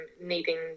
needing